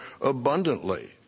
abundantly